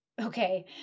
Okay